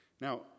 Now